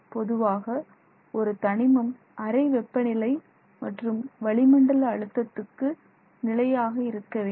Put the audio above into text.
பொதுவாக ஒரு தனிமம் அறை வெப்பநிலை மற்றும் வளிமண்டல அழுத்தத்துக்கு நிலையாக இருக்க வேண்டும்